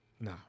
No